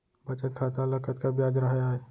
बचत खाता ल कतका ब्याज राहय आय?